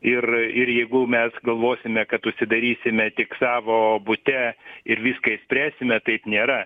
ir ir jeigu mes galvosime kad užsidarysime tik savo bute ir viską išspręsime taip nėra